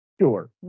sure